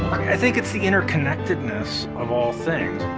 i think it's the interconnectedness of all things.